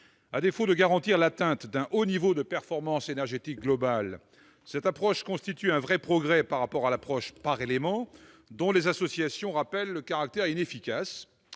À défaut de garantir l'atteinte d'un haut niveau de performance énergétique globale, cette approche constitue un vrai progrès par rapport à l'approche « par élément » dont les associations rappellent le caractère inefficace.